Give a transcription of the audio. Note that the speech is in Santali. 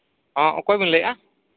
ᱦᱮᱸ ᱚᱠᱚᱭᱵᱮᱱ ᱞᱟᱹᱭᱮᱫᱼᱟ